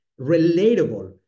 relatable